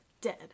dead